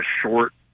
short